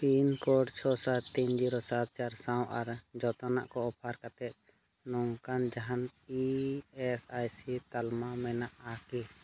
pin code ᱪᱷᱚ ᱥᱟᱛ ᱛᱤ ᱡᱤᱨᱳ ᱥᱟᱛ ᱪᱟᱨ ᱥᱟᱶ ᱟᱨ ᱡᱚᱛᱚᱱᱟᱜ ᱠᱚ ᱚᱯᱷᱟᱨ ᱠᱟᱛᱮ ᱱᱚᱝᱠᱟᱱ ᱡᱟᱦᱟᱱ ᱤ ᱮᱹᱥ ᱟᱭ ᱥᱤ ᱛᱟᱞᱢᱟ ᱢᱮᱱᱟᱜᱼᱟ ᱠᱤ